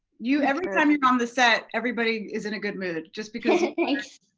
you every time you're on the set everybody is in a good mood just because thanks.